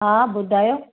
हा ॿुधायो